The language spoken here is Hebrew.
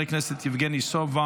סנקציות על מוסדות פיננסיים),